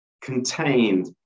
contained